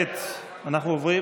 אנחנו עוברים